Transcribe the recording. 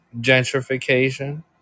gentrification